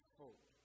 hope